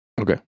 Okay